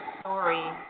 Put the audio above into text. story